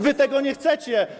Wy tego nie chcecie.